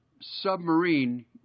submarine